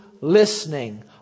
Listening